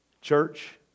Church